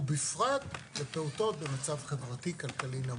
ובפרט לפעוטות במצב חברתי כלכלי נמוך.